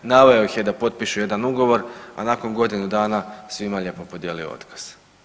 Naveo ih je da potpišu jedan ugovor, a nakon godinu dana svima lijepo podijelio otkaz.